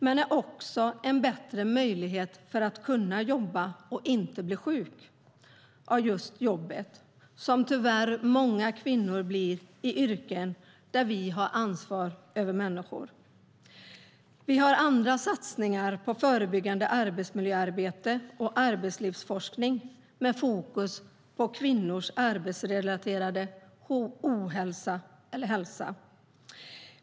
Det handlar också om att få en bättre möjlighet att kunna jobba och inte bli sjuk av jobbet, som tyvärr många kvinnor blir i yrken där de har ansvar för människor. Vi gör andra satsningar på förebyggande arbetsmiljöarbete och arbetslivsforskning, med fokus på kvinnors arbetsrelaterade ohälsa eller hälsa.